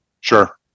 sure